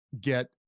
get